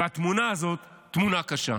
והתמונה הזאת, תמונה קשה.